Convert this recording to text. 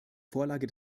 vorlage